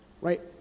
right